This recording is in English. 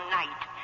night